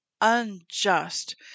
unjust